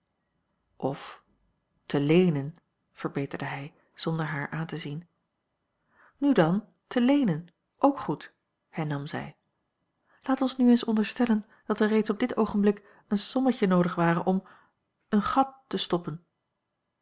of te leenen verbeterde hij zonder haar aan te zien nu dan te leenen ook goed hernam zij laat ons nu eens onderstellen dat er reeds op dit oogenblik een sommetje noodig ware om een gat te stoppen